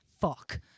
fuck